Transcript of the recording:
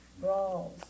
brawls